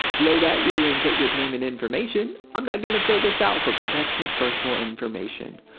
below that you will input your payment information. i'm not going to fill this out for protection of personal information.